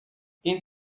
این